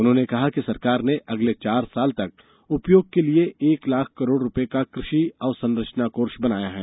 उन्होंने कहा कि सरकार ने अगले चार वर्ष तक उपयोग के लिए एक लाख करोड रूपये का कृषि अवसंरचना कोष बनाया है